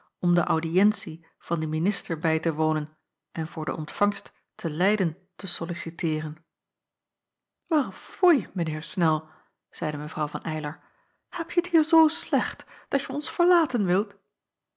om de audiëntie van den minister bij te wonen en voor de ontvangst te leyden te solliciteeren wel foei mijn heer snel zeide mw van eylar hebje t hier zoo slecht dat je ons verlaten wilt